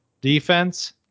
defense